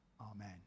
Amen